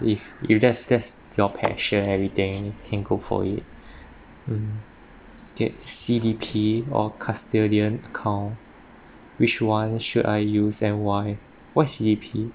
if you that's that's your passion everything can go for it mm get C_D_P or custodian account which one should I use and why what is C_D_P